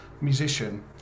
musician